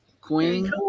Queen